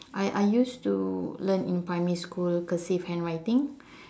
I I used to learn in primary school cursive handwriting